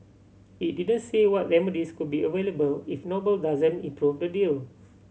it didn't say what remedies could be available if Noble doesn't improve the deal